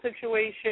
situation